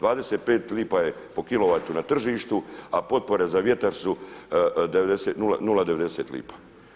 25 lipa je po kilovatu je na tržištu, a potpore za vjetar su 0,90 lipa.